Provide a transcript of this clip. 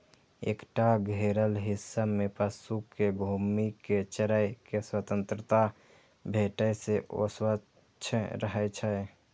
एकटा घेरल हिस्सा मे पशु कें घूमि कें चरै के स्वतंत्रता भेटै से ओ स्वस्थ रहै छै